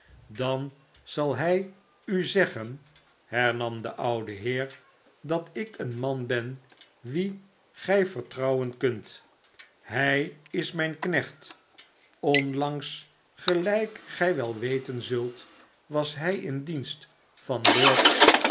dan zal hij u zeggen hernam de oude heer dat ik een man ben wien gij vertrouwen kunt hij is mijn knecht onlangs gelijk gij wel weten zult r was hij in dienst van lord